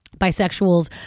bisexuals